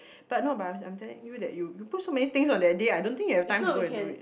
but no but I'm I'm telling you that you put so many things on that day I don't think you have time to go and do it